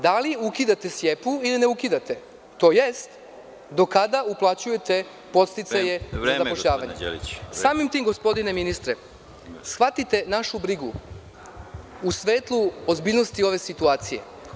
Da li ukidate Sijepu ili ne ukidate tj. do kada uplaćujete podsticaje za zapošljavanje? (Predsedavajući: Vreme.) Samim tim, gospodine ministre, shvatite našu brigu u svetlu ozbiljnosti ove situacije.